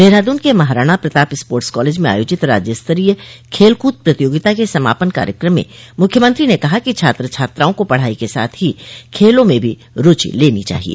देहरादून के Maharana Pratap sports college में आयोजित राज्य स्तरीय खेलकूद प्रतियोगिता के समापन कार्यक्रम में मुख्यमंत्री ने कहा कि छात्र छात्राओं को पढ़ाई के साथ ही खेलों में भी रूचि लेनी चाहिए